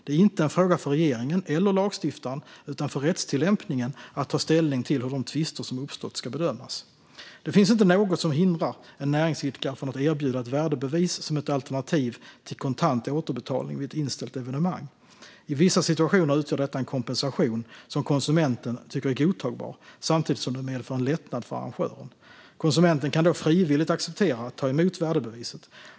Det är inte en fråga för regeringen - eller lagstiftaren - utan för rättstillämpningen att ta ställning till hur de tvister som uppstått ska bedömas. Det finns inte något som hindrar en näringsidkare från att erbjuda ett värdebevis som ett alternativ till kontant återbetalning vid ett inställt evenemang. I vissa situationer utgör detta en kompensation som konsumenten tycker är godtagbar samtidigt som det medför en lättnad för arrangören. Konsumenten kan då frivilligt acceptera att ta emot värdebeviset.